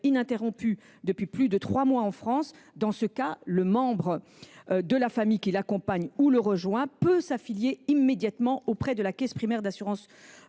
ininterrompue depuis plus de trois mois en France ; dans ce cas, le membre de la famille qui l’accompagne ou le rejoint peut s’affilier immédiatement auprès de la caisse primaire d’assurance